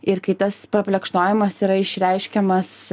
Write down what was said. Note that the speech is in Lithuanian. ir kai tas paplekšnojimas yra išreiškiamas